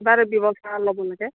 কিবা এটা ব্যৱস্থা ল'ব লাগে